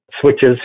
switches